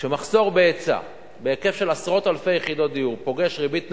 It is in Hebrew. כשמחסור בהיצע בהיקף של עשרות אלפי יחידות דיור פוגש ריבית נמוכה,